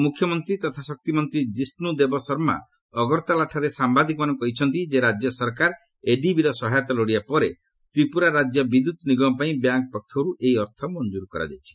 ଉପମୁଖ୍ୟମନ୍ତ୍ରୀ ତଥା ଶକ୍ତିମନ୍ତ୍ରୀ କିଷ୍ଣୁ ଦେବବର୍ମା ଅଗରତାଲାଠାରେ ସାମ୍ଭାଦିକମାନଙ୍କୁ କହିଛନ୍ତି ଯେ ରାଜ୍ୟ ସରକାର ଏଡିବିର ସହାୟତା ଲୋଡ଼ିବା ପରେ ତ୍ରିପୁରା ରାଜ୍ୟ ବିଦ୍ୟୁତ୍ ନିଗମ ପାଇଁ ବ୍ୟାଙ୍କ୍ ପକ୍ଷରୁ ଏହି ଅର୍ଥ ମଞ୍ଜୁର କରାଯାଇଛି